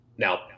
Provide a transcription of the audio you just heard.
Now